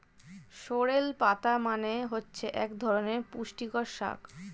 sorrel পাতা মানে হচ্ছে এক ধরনের পুষ্টিকর শাক